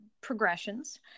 progressions